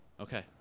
Okay